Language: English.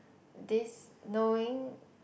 this knowing